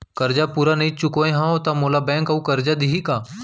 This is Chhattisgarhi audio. करजा पूरा चुकोय नई हव त मोला बैंक अऊ करजा दिही का?